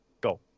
Go